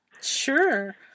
sure